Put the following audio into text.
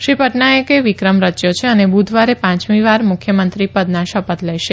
શ્રી પટનાયકે વિક્રમ રચ્યો છે અને બુધવારે પાંચમીવાર મુખ્યમંત્રી પદના શપથ લેશે